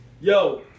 Yo